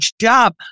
job